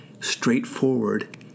straightforward